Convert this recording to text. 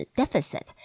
,deficit